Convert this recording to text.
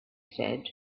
said